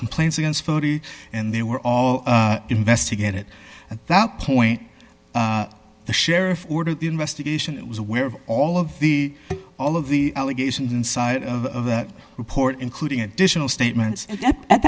complaints against forty and they were all investigated at that point the sheriff ordered the investigation it was aware of all of the all of the allegations inside of the report including additional statements at